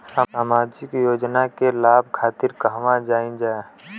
सामाजिक योजना के लाभ खातिर कहवा जाई जा?